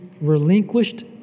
relinquished